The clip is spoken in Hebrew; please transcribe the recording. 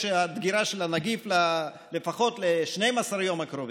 יש דגירה של הנגיף לפחות ל-12 הימים הקרובים.